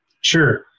Sure